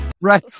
Right